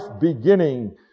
beginning